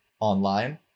online